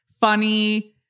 funny